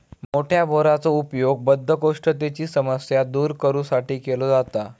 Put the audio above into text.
मोठ्या बोराचो उपयोग बद्धकोष्ठतेची समस्या दूर करू साठी केलो जाता